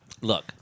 Look